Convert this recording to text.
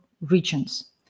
regions